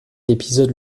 l’épisode